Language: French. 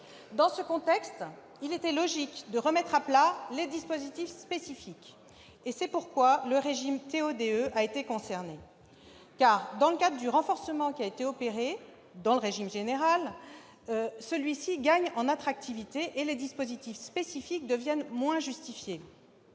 Dans ce contexte, il était logique de remettre à plat les dispositifs spécifiques. C'est pourquoi le régime TODE a été concerné : dans le cadre du renforcement opéré au titre du régime général, ce régime gagne en attractivité, et les dispositifs spécifiques deviennent moins justifiés.